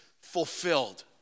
Fulfilled